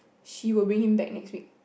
she will bring him back next week